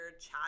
chat